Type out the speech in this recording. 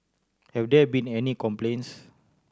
have there been any complaints